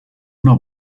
una